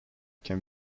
can